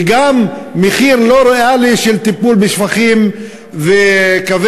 וגם מחיר לא ריאלי של טיפול בשפכים וקווי